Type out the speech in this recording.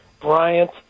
Bryant